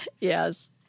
Yes